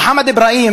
מוחמד אברהים,